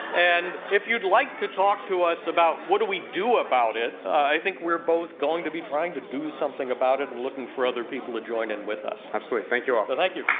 and if you'd like to talk to us about what do we do about it, i think we're both going to be trying to do something about it, and looking for other people to join in with us. absolutely, thank you all. so but thank you.